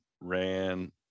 ran